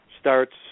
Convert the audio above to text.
starts